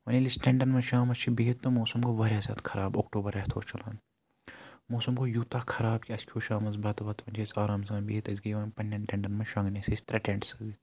وۄنۍ ییٚلہِ أسۍ ٹٮ۪نٛٹَن منٛز شامَس چھِ بِہِتھ تہٕ موسم گوٚو واریاہ زیادٕ خراب اوٚکٹوبر رٮ۪تھ اوس چَلان موسم گوٚو یوٗتاہ خراب کہِ اَسہِ کھیوٚو شامَس بَتہٕ وَتہٕ وۄنۍ چھِ أسۍ آرام سان بِہِتھ أسۍ گٔے وۄنۍ پنٛنٮ۪ن ٹٮ۪نٛٹَن منٛز شۄنٛگنہِ اَسہِ ٲسۍ ترٛےٚ ٹٮ۪نٛٹ سۭتۍ